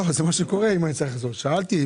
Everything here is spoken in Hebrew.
שאלתי,